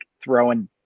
throwing